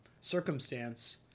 circumstance